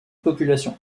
population